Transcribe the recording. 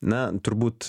na turbūt